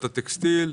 הטקסטיל,